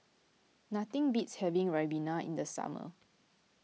nothing beats having Ribena in the summer